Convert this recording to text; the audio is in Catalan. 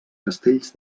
castells